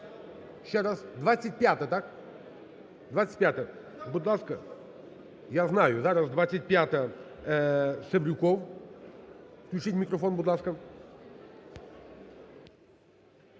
Ще раз? 25-а, так? 25-а, будь ласка. Я знаю, зараз 25-а, Севрюков. Включіть мікрофон, будь ласка.